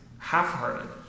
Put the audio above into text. half-hearted